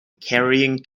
carrying